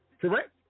Correct